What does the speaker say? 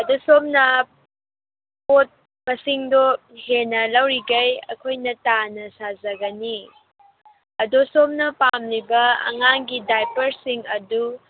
ꯑꯗꯨ ꯁꯣꯝꯅ ꯄꯣꯠ ꯃꯁꯤꯡꯗꯣ ꯍꯦꯟꯅ ꯂꯧꯔꯤꯕꯃꯈꯩ ꯑꯩꯈꯣꯏꯅ ꯇꯥꯅ ꯁꯥꯖꯒꯅꯤ ꯑꯗꯣ ꯁꯣꯝꯅ ꯄꯥꯝꯃꯤꯕ ꯑꯉꯥꯡꯒꯤ ꯗꯥꯏꯄꯔꯁꯤꯡ ꯑꯗꯨ